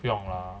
不用 lah